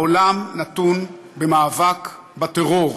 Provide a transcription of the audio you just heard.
העולם נתון במאבק בטרור.